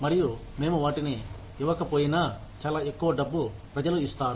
మరియు మేము వాటిని ఇవ్వకపోయినా చాలా ఎక్కువ డబ్బు ప్రజలు ఇస్తారు